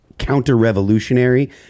Counter-revolutionary